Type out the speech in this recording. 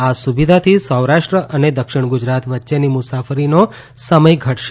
આ સુવિધાથી સૌરાષ્ટ્ર અને દક્ષિણ ગુજરાત વચ્ચેની મુસાફરીનો સમય ઘટશે